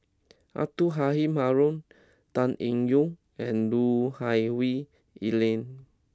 Abdul Halim Haron Tan Eng Yoon and Lui Hah Wah Elena